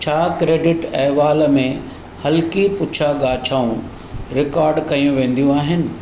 छा क्रेडिट अहिवाल में हल्की पुछा ॻाछाऊं रिकॉड कयूं वेंदियूं आहिनि